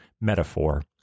Metaphor